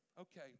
okay